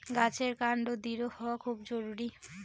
গাছের কান্ড দৃঢ় হওয়া খুব জরুরি